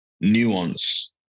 nuance